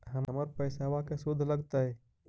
हमर पैसाबा के शुद्ध लगतै?